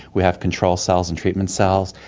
we have control cells and treatment cells,